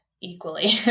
equally